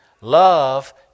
love